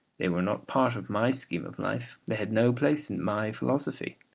they were not part of my scheme of life. they had no place in my philosophy.